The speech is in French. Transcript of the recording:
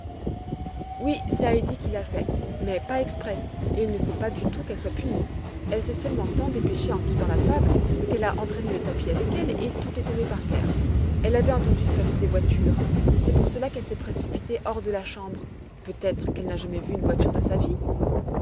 oui c'est heidi qui l'a fait mais pas exprès et il ne faut pas du tout qu'elle soit punie elle s'est seulement tant dépêchée en quittant la table qu'elle a entraîné le tapis avec elle et tout est tombé par terre elle avait entendu passer des voitures c'est pour cela qu'elle s'est précipitée hors de la chambre peut-être qu'elle n'a jamais vu une voiture de sa vie